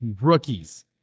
Rookies